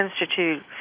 Institute